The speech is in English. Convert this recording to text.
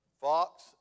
Fox